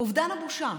אובדן הבושה,